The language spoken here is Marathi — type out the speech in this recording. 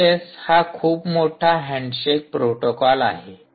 टिएलएस हा खूप मोठा हैण्डशेक प्रोटोकॉल आहे